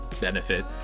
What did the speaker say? benefit